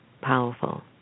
powerful